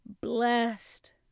Blessed